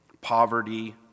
poverty